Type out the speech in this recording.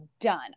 done